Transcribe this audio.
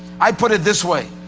i put it this way,